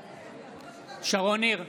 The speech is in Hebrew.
בעד שרון ניר,